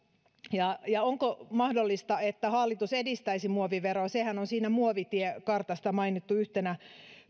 onko mahdollista että hallitus edistäisi muoviveroa sehän on siinä muovitiekartassa mainittu yhtenä